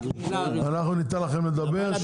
אנחנו ניתן לכם לדבר.